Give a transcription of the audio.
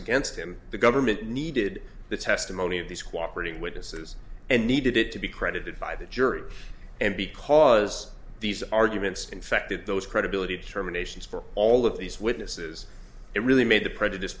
against him the government needed the testimony of these cooperating witnesses and needed it to be credited by the jury and because these arguments infected those credibility terminations for all of these witnesses it really made the prejudice